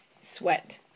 Sweat